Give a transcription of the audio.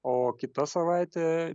o kita savaitė